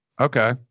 okay